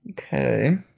Okay